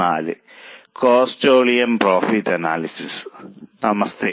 നമസ്തേ